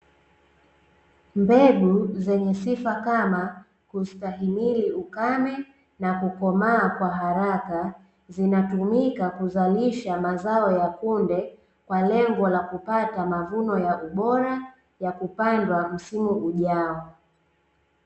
Mbegu zenye sifa kama kustahimili ukame na kukomaa kwa haraka, zinatumika kuzalisha mazao ya kunde kwa lengo la kupata mavuno ya ubora ya kupandwa msimu ujao.